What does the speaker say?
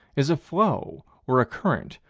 is a flow, or a current,